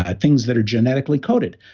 ah things that are genetically coded,